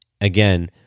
Again